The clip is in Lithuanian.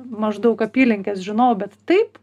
maždaug apylinkes žinojau bet taip